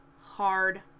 hard